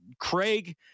Craig